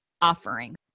offering